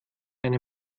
eine